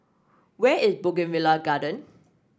where is Bougainvillea Garden